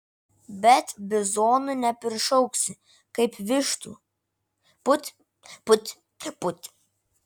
bet bizonų neprišauksi kaip vištų put put put